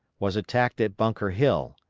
was attacked at bunker hill,